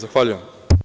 Zahvaljujem.